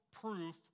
proof